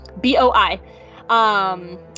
B-O-I